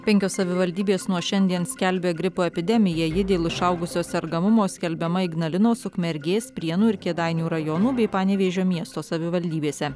penkios savivaldybės nuo šiandien skelbia gripo epidemiją ji dėl išaugusio sergamumo skelbiama ignalinos ukmergės prienų ir kėdainių rajonų bei panevėžio miesto savivaldybėse